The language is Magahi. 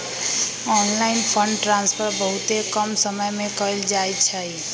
ऑनलाइन फंड ट्रांसफर बहुते कम समय में कएल जाइ छइ